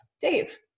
Dave